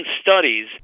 studies